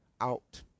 out